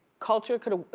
kulture, coulda,